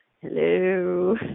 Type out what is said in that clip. Hello